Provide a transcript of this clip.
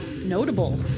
Notable